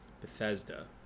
Bethesda